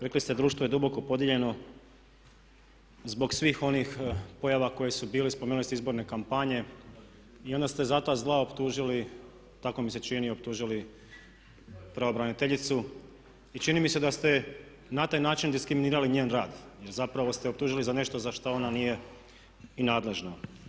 Rekli ste, društvo je duboko podijeljeno zbog svih onih pojava koje su bili, spomenuli ste izborne kampanje i onda ste za ta zla optužili, tako mi se čini, optužili pravobraniteljicu i čini mi se da ste na taj način diskriminirali njen rad i zapravo ste je optužili za nešto za što ona nije i nadležna.